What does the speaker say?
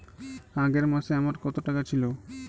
আগের মাসে আমার কত টাকা ছিল?